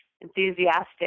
enthusiastic